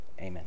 amen